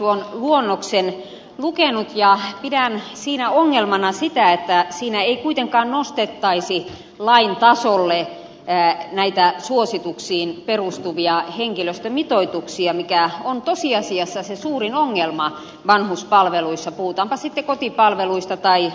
olen tuon luonnoksen lukenut ja pidän siinä ongelmana sitä että siinä ei kuitenkaan nostettaisi lain tasolle näitä suosituksiin perustuvia henkilöstömitoituksia mikä on tosiasiassa se suurin ongelma vanhuspalveluissa puhutaanpa sitten kotipalveluista tai laitoshoidosta